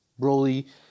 Broly